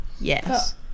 Yes